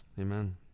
Amen